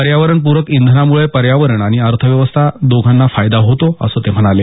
पर्यावरणपूरक इंधनामुळे पर्यावण आणि अर्थव्यवस्था दोघांना फायदा होतो असं ते म्हणाले